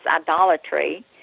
idolatry